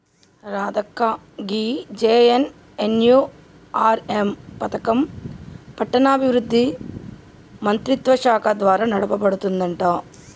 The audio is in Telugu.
రాధక్క గీ జె.ఎన్.ఎన్.యు.ఆర్.ఎం పథకం పట్టణాభివృద్ధి మంత్రిత్వ శాఖ ద్వారా నడపబడుతుందంట